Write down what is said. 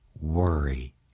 worry